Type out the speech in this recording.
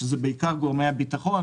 שזה בעיקר גורמי הביטחון,